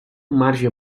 marge